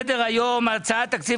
אנחנו עוברים לסדר היום הצעת אישור תקציב